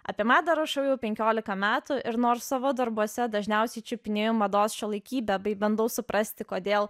apie madą rašau jau penkiolika metų ir nors savo darbuose dažniausiai čiupinėju mados šiuolaikybę bei bandau suprasti kodėl